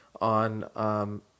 on